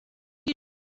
you